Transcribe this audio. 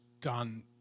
gone